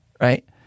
Right